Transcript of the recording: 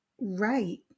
right